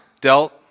dealt